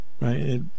Right